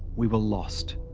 we were lost.